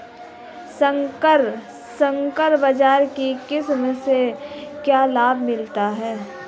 संकर बाजरा की किस्म से क्या लाभ मिलता है?